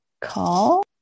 call